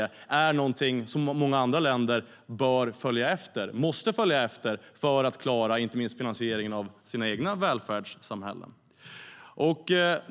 Det är någonting som många andra länder måste följa efter för att klara inte minst finansieringen av sina egna välfärdssamhällen.